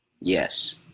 Yes